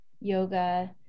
yoga